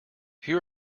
here